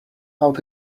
out